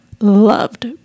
loved